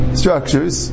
structures